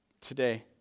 today